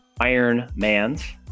Ironmans